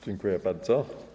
Dziękuję bardzo.